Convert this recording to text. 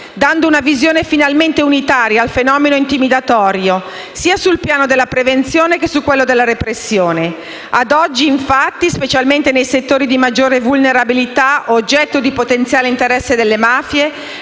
dando una visione finalmente unitaria al fenomeno intimidatorio, sia sul piano della prevenzione che su quello della repressione. Ad oggi infatti, specialmente nei settori di maggiore vulnerabilità, oggetto di potenziale interesse delle mafie,